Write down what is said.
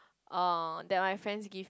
uh that my friends give